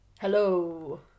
Hello